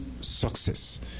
success